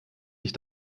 sich